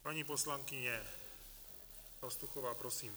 Paní poslankyně Pastuchová, prosím.